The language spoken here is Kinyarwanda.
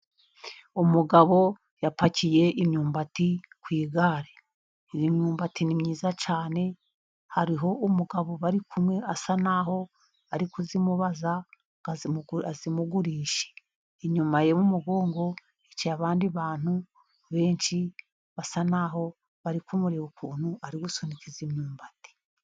Umugabo yapakiye imyumbati ku igare. Iyi myumbati ni myiza cyane hari umugabo bari kumwe asa naho ari kuyimubaza ngo ayimugurishe. Inyuma y'uyu muhungu hicaye abandi bantu benshi basa naho bari kumureba ukuntu ari gusunika iyi myumbati.